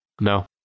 No